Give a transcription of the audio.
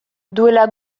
duela